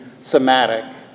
somatic